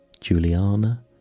Juliana